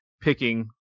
picking